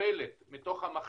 פלט מתוך המחשב,